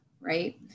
right